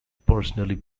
personally